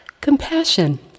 Compassion